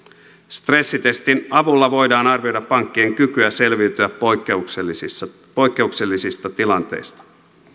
stressitestin avulla voidaan arvioida pankkien kykyä selviytyä poikkeuksellisista poikkeuksellisista tilanteista